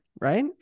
right